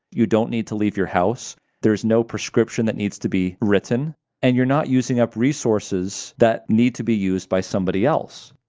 you don't need to leave your house there's no prescription that needs to be written and you're not using up resources that need to be used by somebody else.